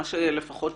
מה שלפחות,